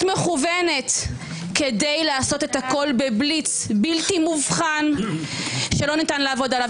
מכוונת כדי לעשות הכול בבליץ בלתי מובחן שלא ניתן לעבוד עליו.